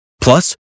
Plus